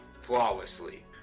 flawlessly